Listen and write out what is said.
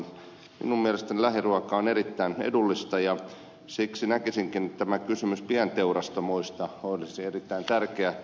minun mielestäni lähiruoka on erittäin edullista ja siksi näkisinkin että tämä kysymys pienteurastamoista olisi erittäin tärkeä hoitaa